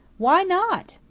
why not?